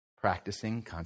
Practicing